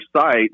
site